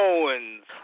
Owens